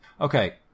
Okay